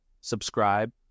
subscribe